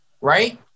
right